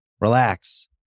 relax